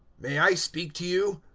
may i speak to you?